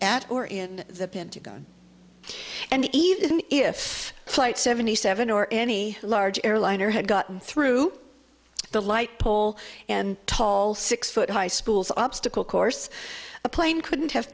at or in the pentagon and even if flight seventy seven or any large airliner had gotten through the light pole and tall six foot high schools obstacle course a plane couldn't have